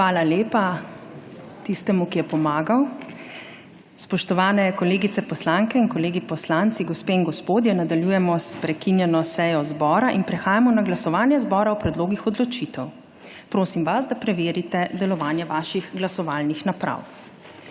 MAG. URŠKA KLAKOČAR ZUPANČIČ: Spoštovane kolegice poslanke in kolegi poslanci, gospe in gospodje, nadaljujemo prekinjeno sejo zbora. Prehajamo na glasovanje zbora o predlogih odločitev. Prosim vas, da preverite delovanje vaših glasovalnih naprav.